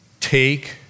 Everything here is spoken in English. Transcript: take